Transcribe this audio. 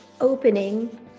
opening